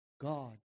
God